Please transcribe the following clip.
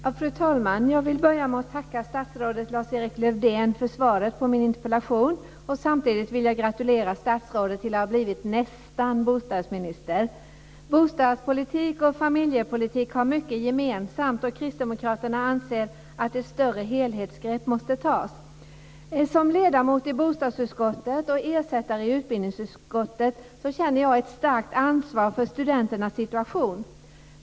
Fru talman! Jag vill börja med att tacka statsrådet Samtidigt vill jag gratulera statsrådet till att ha blivit nästan bostadsminister. Bostadspolitik och familjepolitik har mycket gemensamt, och kristdemokraterna anser att ett större helhetsgrepp måste tas. Som ledamot i bostadsutskottet och ersättare i utbildningsutskottet känner jag ett starkt ansvar för studenternas situation.